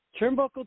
Turnbuckle